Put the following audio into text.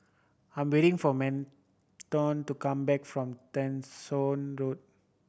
I'm waiting for Merton to come back from Road